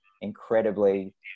incredibly